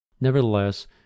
Nevertheless